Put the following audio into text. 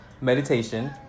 meditation